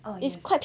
oh yes